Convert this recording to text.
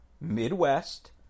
Midwest